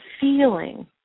feeling